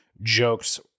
jokes